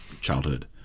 childhood